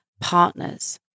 partners